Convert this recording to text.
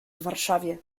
warszawie